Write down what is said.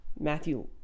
Matthew